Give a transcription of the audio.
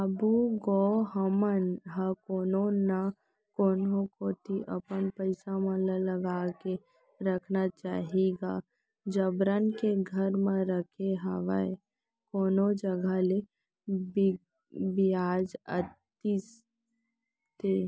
बाबू गो हमन ल कोनो न कोनो कोती अपन पइसा मन ल लगा के रखना चाही गा जबरन के घर म रखे हवय कोनो जघा ले बियाज आतिस ते